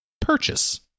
purchase